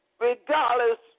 regardless